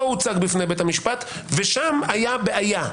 לא הוצג בפני בית המשפט ושם הייתה בעיה.